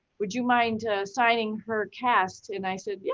would you mind signing her cast? and i said, yeah,